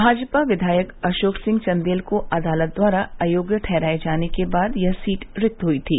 भाजपा विधायक अशोक सिंह चन्देल को अदालत द्वारा अयोग्य ठहराये जाने के बाद यह सीट रिक्त हुई थी